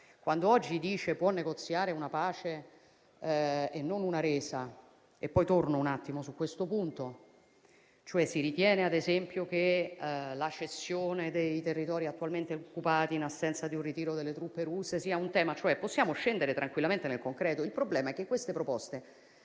quando oggi si dice di negoziare una pace e non una resa - poi tornerò un attimo su questo punto - si ritiene, ad esempio, che la cessione dei territori attualmente occupati, in assenza di un ritiro delle truppe russe, sia un tema? Possiamo scendere tranquillamente nel concreto, ma il problema è che queste proposte